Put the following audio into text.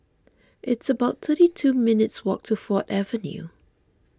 it's about thirty two minutes' walk to Ford Avenue